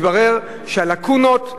מתברר שהלקונות בעניין,